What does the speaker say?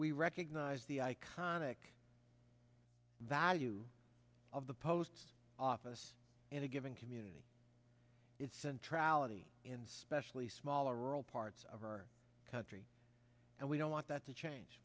we recognize the iconic value of the post office in a given community is centrally in specially smaller rural parts of our country and we don't want that to change